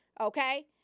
Okay